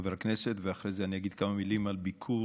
חבר הכנסת כסיף, ואחרי זה אגיד כמה מילים על ביקור